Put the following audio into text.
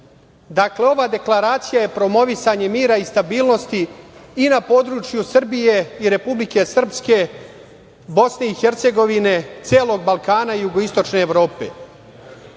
Dakle, ova deklaracija je promovisanje mira i stabilnosti i na području Srbije i Republike Srpske, Bosne i Hercegovine, celog Balkana i jugoistočne Evrope.